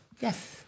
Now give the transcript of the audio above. Yes